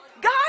God